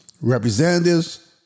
representatives